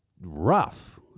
Rough